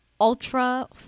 Ultra